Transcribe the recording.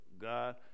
God